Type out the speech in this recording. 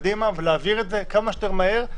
להתקדם קדימה ולהעביר את זה כמה שיותר מהר,